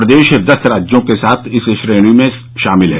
प्रदेश दस राज्यों के साथ इस श्रेणी में शामिल है